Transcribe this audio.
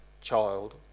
child